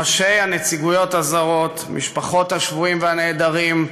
ראשי הנציגויות הזרות, משפחות השבויים והנעדרים,